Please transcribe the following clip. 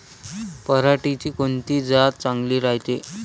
पऱ्हाटीची कोनची जात चांगली रायते?